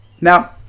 Now